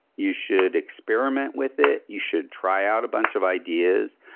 you should experiment with it, you should try out a bunch of ideas.